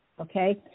okay